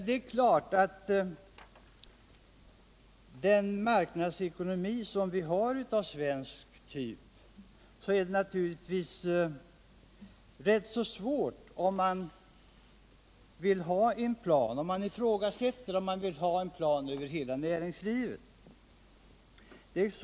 Det är klart att med den marknadsekonomi av svensk typ som vi har uppstår det svårigheter när man ifrågasätter om vi inte skulle ha en plan över hela näringspolitiken.